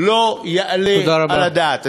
לא יעלה על הדעת, תודה רבה.